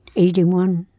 eighty one.